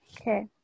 okay